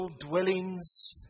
dwellings